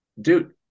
dude